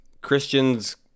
Christians